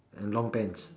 and long pants